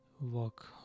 walk